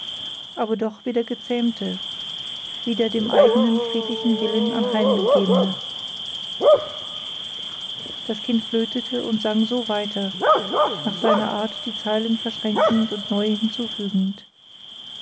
aber doch wie der gezähmte wie der dem eigenen friedlichen willen anheimgegebene das kind flötete und sang so weiter nach seiner art die zeilen verschränkend und neue hinzufügend